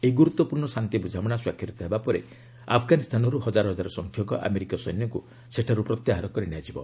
ଏହି ଗୁରୁତ୍ୱପୂର୍ଣ୍ଣ ଶାନ୍ତି ବୁଝାମଣା ସ୍ୱାକ୍ଷରିତ ହେବା ପରେ ଆଫଗାନିସ୍ତାନରୁ ହଜାର ହଜାର ସଂଖ୍ୟକ ଆମେରିକୀୟ ସୈନ୍ୟଙ୍କୁ ସେଠାରୁ ପ୍ରତ୍ୟାହାର କରିନିଆଯିବ